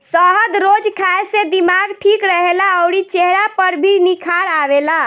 शहद रोज खाए से दिमाग ठीक रहेला अउरी चेहरा पर भी निखार आवेला